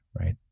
right